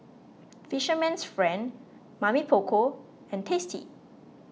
Fisherman's Friend Mamy Poko and Tasty